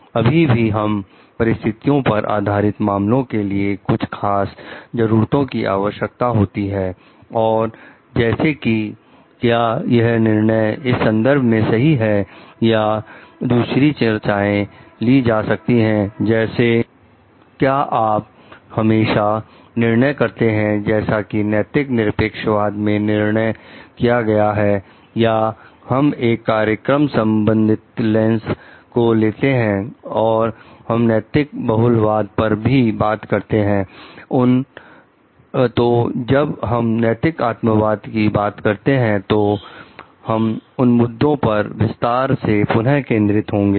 पर अभी भी हम परिस्थितियों पर आधारित मामलों के लिए कुछ खास जरूरतों की आवश्यकता होती है और जैसे कि क्या यह निर्णय इस संदर्भ में सही है या दूसरी चर्चाएं ली जा सकती हैं जैसे क्या आप हमेशा निर्णय करते हैं जैसा कि नैतिक निरपेक्षवाद मे निर्णय किया गया है या हम एक कार्यक्रम संबंधित लेंस को लेते हैं और हम नैतिक बहुलवाद पर भी बात करते हैं तो जब हम नैतिक आत्मवाद की बात करते हैं तो हम उन मुद्दों पर विस्तार से पुनः केंद्रित होंगे